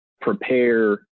prepare